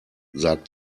sagt